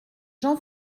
jean